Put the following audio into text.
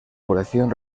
colección